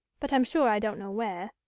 but i'm sure i don't know where.